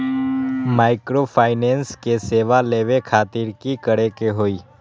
Microfinance के सेवा लेबे खातीर की करे के होई?